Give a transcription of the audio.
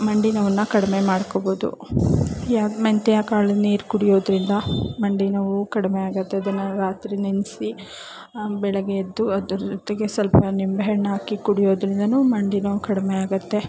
ಮಂಡಿ ನೋವನ್ನು ಕಡಿಮೆ ಮಾಡ್ಕೊಬೋದು ಯಾ ಮೆಂತ್ಯೆ ಕಾಳಿನ ನೀರು ಕುಡಿಯೋದರಿಂದ ಮಂಡಿ ನೋವು ಕಡಿಮೆ ಆಗುತ್ತೆ ಅದನ್ನು ರಾತ್ರಿ ನೆನೆಸಿ ಬೆಳಗ್ಗೆ ಎದ್ದು ಅದ್ರ ಜೊತೆಗೆ ಸ್ವಲ್ಪ ನಿಂಬೆಹಣ್ಣು ಹಾಕಿ ಕುಡಿಯೋದ್ರಿಂದಲೂ ಮಂಡಿ ನೋವು ಕಡಿಮೆ ಆಗುತ್ತೆ